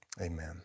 Amen